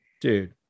dude